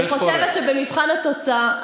אני חושבת שבמבחן התוצאה,